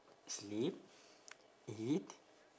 sleep eat